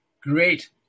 great